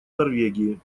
норвегии